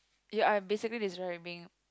ya I basically this right being